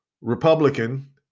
Republican